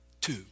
two